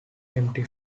empty